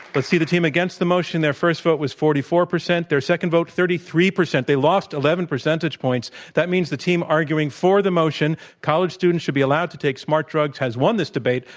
but see the team against the motion. their first vote was forty four percent. their second vote, thirty three percent. they lost eleven percentage points. that means the team arguing for the motion, college students should be allowed to take smart drugs, has won this debate.